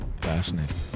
Fascinating